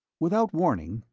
without warning,